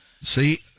See